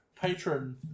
patron